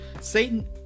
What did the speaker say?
Satan